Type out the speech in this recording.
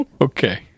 Okay